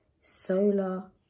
solar